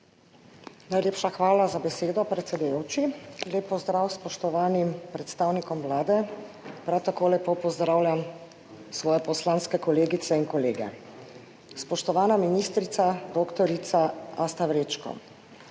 Najlepša hvala za besedo, predsedujoči. Lep pozdrav spoštovanim predstavnikom Vlade, prav tako lepo pozdravljam svoje poslanske kolegice in kolege! Spoštovana ministrica dr. Asta Vrečko,